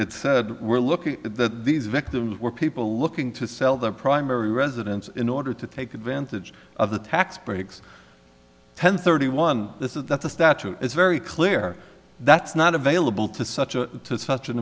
it said we're looking at that these victims were people looking to sell their primary residence in order to take advantage of the tax breaks ten thirty one this is that the statute is very clear that's not available to such a such an